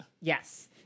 yes